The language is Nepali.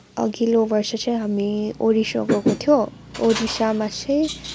अघिल्लो वर्ष चाहिँ हामी ओडिसा गएको थियो ओडिसामा चाहिँ